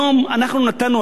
היום אנחנו נתנו,